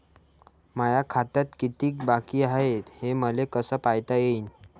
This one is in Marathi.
माया खात्यात कितीक बाकी हाय, हे मले कस पायता येईन?